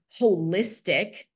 holistic